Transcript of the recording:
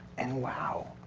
and wow,